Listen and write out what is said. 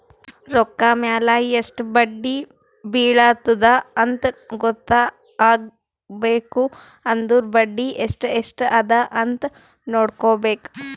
ರೊಕ್ಕಾ ಮ್ಯಾಲ ಎಸ್ಟ್ ಬಡ್ಡಿ ಬಿಳತ್ತುದ ಅಂತ್ ಗೊತ್ತ ಆಗ್ಬೇಕು ಅಂದುರ್ ಬಡ್ಡಿ ಎಸ್ಟ್ ಎಸ್ಟ್ ಅದ ಅಂತ್ ನೊಡ್ಕೋಬೇಕ್